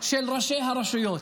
של ראשי הרשויות.